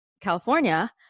California